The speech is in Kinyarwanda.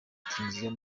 tunisia